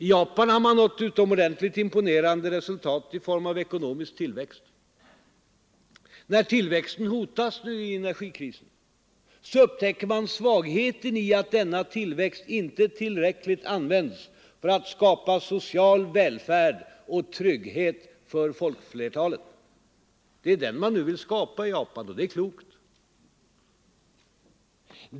I Japan har man nått utomordentligt imponerande resultat i form av ekonomisk tillväxt. När tillväxten nu hotas på grund av energikrisen upptäcker man svagheten i att tillväxten inte tillräckligt använts för att skapa social välfärd och trygghet för folkflertalet. Det är den man nu vill skapa i Japan, och det är klokt.